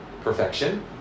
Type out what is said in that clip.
Perfection